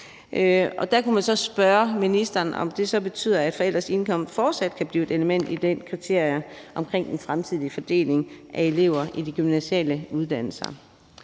Der kunne man så spørge ministeren, om det betyder, at forældrenes indkomst fortsat kan blive et element i forhold til kriterierne omkring en fremtidig fordeling af elever på de gymnasiale uddannelser.